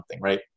right